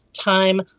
time